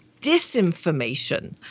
disinformation